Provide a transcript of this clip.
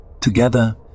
Together